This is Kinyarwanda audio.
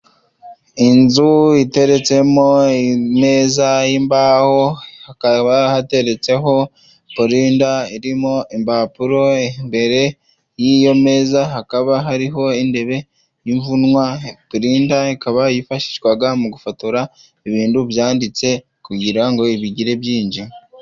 Inzu iteretsemo ameza y'imbaho, hakaba hateretseho polinda irimo impapuro, mbere y'iyo meza hakaba hariho intebe ivunwa, linda ikaba yifashishwa mu gufotora ibintu byanditse kugira ngo igire byinshi.